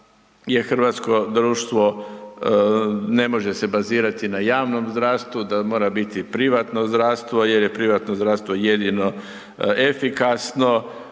hrvatsko društvo, ne može se bazirati na javnom zdravstvu, da mora biti privatno zdravstvo jer je privatno zdravstvo jedino efikasno